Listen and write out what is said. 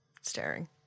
staring